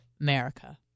America